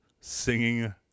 singing